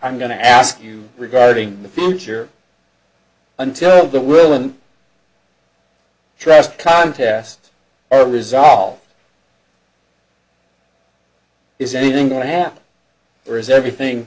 i'm going to ask you regarding the future until the will and trust contest are resolved is anything going to happen or is everything